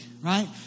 right